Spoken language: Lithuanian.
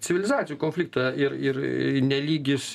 civilizacijų konfliktą ir ir nelygius